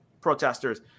protesters